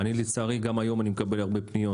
אני לצערי גם היום אני מקבל הרבה פניות